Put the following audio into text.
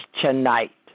tonight